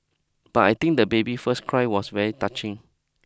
but I think the baby first cry was very touching